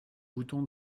bouton